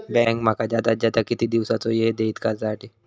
Bank माका जादात जादा किती दिवसाचो येळ देयीत कर्जासाठी?